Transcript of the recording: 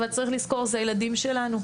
אבל צריך לזכור זה הילדים שלנו,